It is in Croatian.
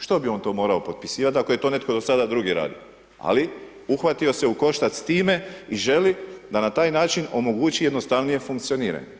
Što bi on to morao potpisivat ako je to netko do sada drugi radio, ali uhvatio se u koštac s time i želi da na taj način omogući jednostavnije funkcioniranje.